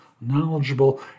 knowledgeable